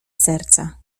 serca